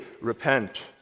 repent